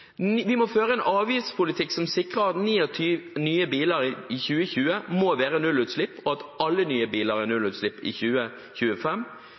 Vi må føre en avgiftspolitikk som sikrer at ni av ti nye biler i 2020 må være nullutslippsbiler, og at alle nye biler er nullutslippsbiler i 2025.